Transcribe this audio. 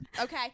okay